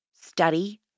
study